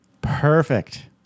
Perfect